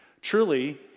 Truly